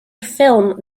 ffilm